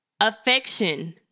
Affection